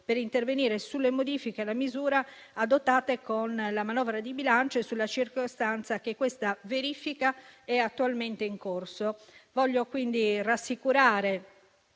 per intervenire sulle modifiche alla misura adottate con la manovra di bilancio e sulla circostanza che questa verifica è attualmente in corso. Voglio quindi rassicurare